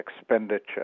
expenditure